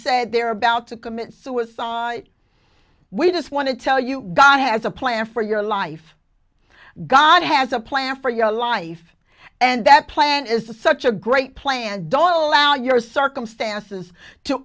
said they're about to commit suicide we just want to tell you god has a plan for your life god has a plan for your life and that plan is such a great plan don't allow your circumstances to